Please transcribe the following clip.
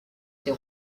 ses